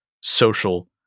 social